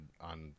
on